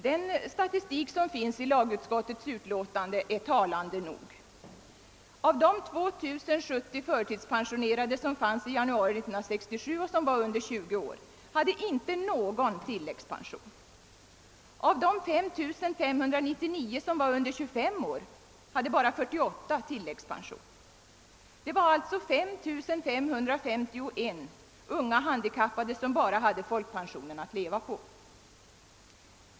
Den statistik som återges i andra lagutskottets utlåtande är talande nog: av de 2 070 förtidspensionerade som fanns i januari 1967 och som var under 20 år hade inte någon enda tilläggspension och av de 5599 som var under 25 år hade bara 48 tilläggspension. Det var alltså 5 551 unga handikappade som endast hade folkpensionen att leva på.